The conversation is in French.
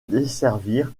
desservir